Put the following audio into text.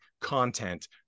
content